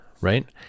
Right